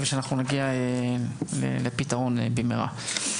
הנושא בטיפול ואני מקווה שנגיע גם לפתרון במהרה.